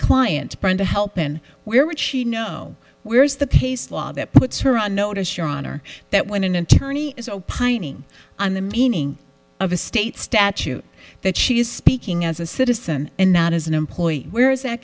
client trying to help and where would she know where's the paste law that puts her on notice your honor that when an attorney is opining on the meaning of a state statute that she is speaking as a citizen and not as an employee where is that